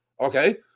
okay